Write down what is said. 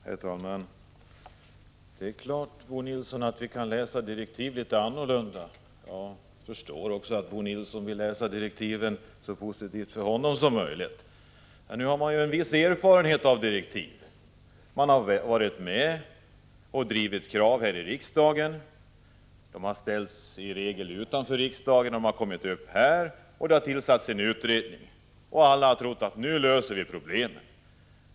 Herr talman! Det är klart, Bo Nilsson, att vi kan läsa direktiv litet annorlunda. Jag förstår att Bo Nilsson vill läsa direktiven på ett för honom så positivt sätt som möjligt. Nu har vi en viss erfarenhet av direktiv. Vi har varit med och drivit krav här i riksdagen. De har i regel först ställts utanför riksdagen. Så har de kommit upp här, och regeringen har sedan tillsatt en utredning. Alla har då trott att problemen skall lösas.